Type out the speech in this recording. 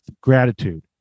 gratitude